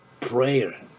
prayer